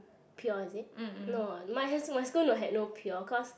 pure is it no my has my school had no pure cause